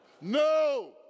No